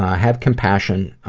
have compassion